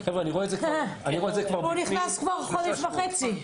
פה נכנס כבר חודש וחצי.